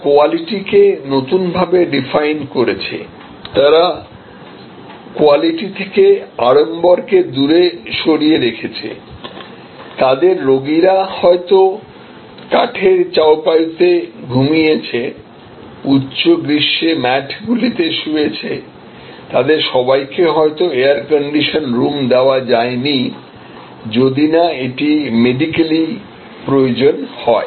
তারা কোয়ালিটি কে নতুনভাবে ডিফাইন করেছে তারা কোয়ালিটি থেকে আড়ম্বর কে দূরে সরিয়ে রেখেছেতাদের রোগীরা হয়তো কাঠের চাউ পাইতে ঘুমিয়েছে উচ্চ গ্রীষ্মে ম্যাটগুলিতে শুয়েছে তাদের সবাইকে হয়তো এয়ার কন্ডিশন রুম দেওয়া হয়নি যদি না এটি মেডিক্যালি প্রয়োজন হয়